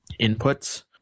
inputs